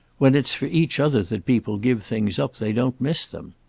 when it's for each other that people give things up they don't miss them.